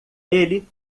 ele